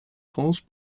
france